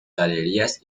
galerías